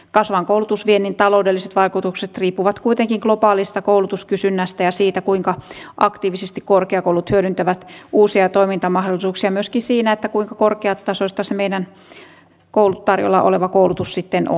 kasvavan koulutusviennin taloudelliset vaikutukset riippuvat kuitenkin globaalista koulutuskysynnästä ja siitä kuinka aktiivisesti korkeakoulut hyödyntävät uusia toimintamahdollisuuksia myöskin siinä kuinka korkeatasoista se meidän tarjolla oleva koulutus sitten on